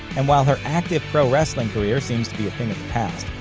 and while her active pro wrestling career seems to be a thing of the past,